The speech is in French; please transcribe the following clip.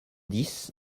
dix